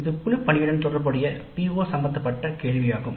இது குழுப்பணியுடன் தொடர்புடைய PO சம்பந்தப்பட்ட கேள்வியாகும்